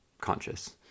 conscious